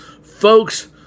Folks